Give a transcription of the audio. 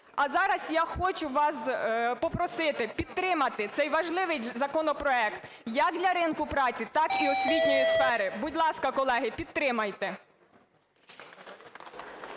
А зараз я хочу вас попросити підтримати цей важливий законопроект як для ринку праці, так і освітньої сфери. Будь ласка, колеги, підтримайте.